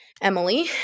Emily